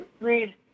read